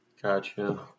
Gotcha